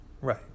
Right